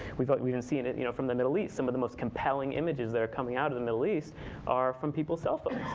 we've like we've been seeing it you know from the middle east. some of the most compelling images that are coming out of the middle east are from people's cell phones.